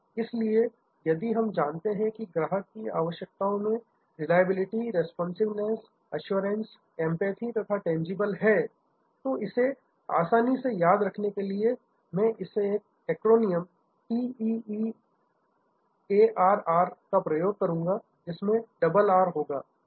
इसलिए यदि हम जानते हैं कि ग्राहक की आवश्यकताओं में रिलायबिलिटी रेस्पॉन्सिवनेस एश्योरेंस एंपैथी तथा टेजिबल है तो इसे आसानी से याद रखने के लिए मैं एक एक्रोनियम TEARR का प्रयोग करूंगा जिसमें डबल आर होगा